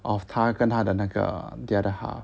of 他跟他的那个 the other half